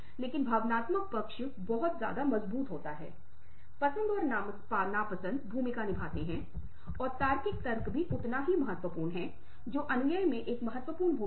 वर्गीकृत करने के लिए सुनो जानकारी को वर्गीकृत करें ताकि आप जानकारी को सार्थक तरीके से स्टोर कर सकें यह उस तरह के सुनने के लिए महत्वपूर्ण है